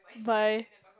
by